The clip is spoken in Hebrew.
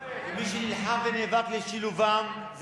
ועכשיו להתעלל בהם?